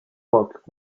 book